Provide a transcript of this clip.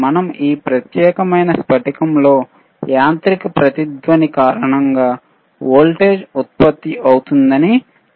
మనం ఈ ప్రత్యేకమైన స్పటికం లో యాంత్రిక రెజోనెOట్ కారణంగా వోల్టేజ్ ఉత్పత్తి అవుతుందని చెప్పవచ్చు